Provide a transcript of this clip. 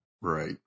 Right